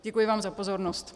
Děkuji vám za pozornost.